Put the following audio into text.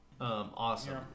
awesome